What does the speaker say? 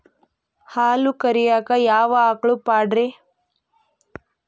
ಹಾಲು ಕರಿಯಾಕ ಯಾವ ಆಕಳ ಪಾಡ್ರೇ?